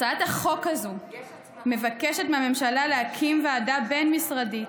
הצעת החוק הזאת מבקשת מהממשלה להקים ועדה בין-משרדית,